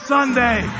Sunday